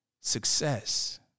success